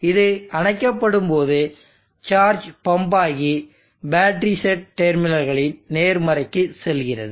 இது அணைக்கப்படும்போது charge pump ஆகி பேட்டரி செட் டெர்மினல்களின் நேர்மறைக்கு செல்கிறது